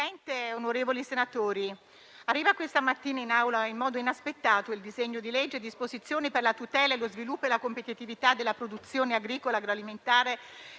Signor Presidente, onorevoli senatori, arriva oggi all'esame dell'Assemblea in modo inaspettato il disegno di legge che reca disposizioni per la tutela, lo sviluppo e la competitività della produzione agricola agroalimentare